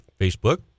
Facebook